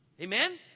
Amen